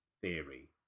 theory